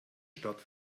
stadt